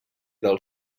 del